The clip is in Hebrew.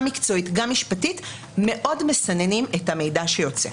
גם מקצועית וגם משפטית מאוד מסננים את המידע שיוצא.